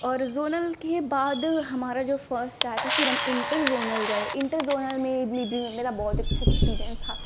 और ज़ोनल के बाद हमारा जो फ़र्स्ट आया था फिर हम इन्टर ज़ोनल गए इन्टर ज़ोनल में भी मेरा बहुत अच्छा एक्सपीरिएन्स था